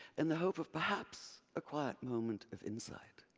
in the hope of, perhaps, a quiet moment of insight.